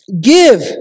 give